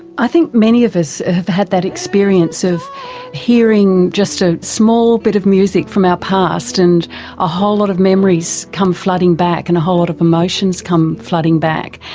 i think many of us have had that experience of hearing just a small bit of music from our past and a whole lot of memories come flooding back and a whole lot of emotions come flooding back.